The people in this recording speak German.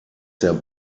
der